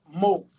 move